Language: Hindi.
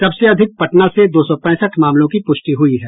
सबसे अधिक पटना से दो सौ पैंसठ मामलों की प्रष्टि हुई है